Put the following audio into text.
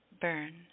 burn